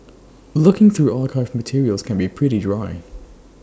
looking through archived materials can be pretty dry